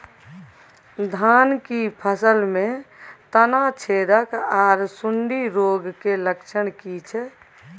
धान की फसल में तना छेदक आर सुंडी रोग के लक्षण की छै?